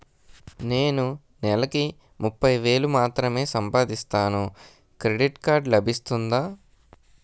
నేను నెల కి ముప్పై వేలు మాత్రమే సంపాదిస్తాను క్రెడిట్ కార్డ్ లభిస్తుందా?